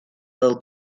del